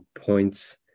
points